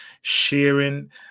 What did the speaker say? sharing